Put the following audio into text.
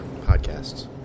podcasts